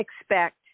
expect